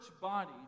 body